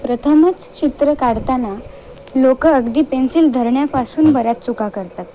प्रथमच चित्र काढताना लोकं अगदी पेन्सिल धरण्यापासून बऱ्याच चुका करतात